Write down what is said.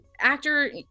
actor